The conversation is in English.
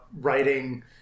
writing